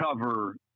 cover